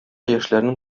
яшьләрнең